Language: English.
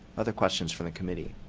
other questions from the committee?